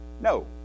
no